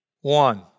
one